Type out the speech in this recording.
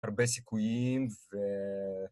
הרבה סיכויים ו...